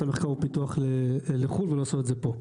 המחקר והפיתוח לחו"ל ולא עושות את זה פה.